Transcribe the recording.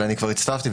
אבל אני כבר הצטרפתי.